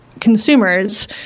consumers